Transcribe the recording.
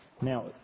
Now